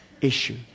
issue